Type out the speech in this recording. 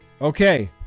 Okay